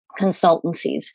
consultancies